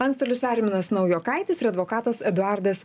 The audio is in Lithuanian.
antstolis arminas naujokaitis ir advokatas eduardas